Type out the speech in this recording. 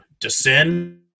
descend